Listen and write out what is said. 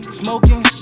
smoking